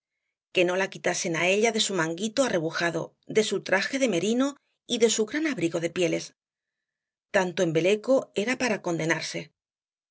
que no la quitasen á ella de su mantito arrebujado de su traje de merino y de su gran abrigo de pieles tanto embeleco era para condenarse